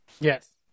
Yes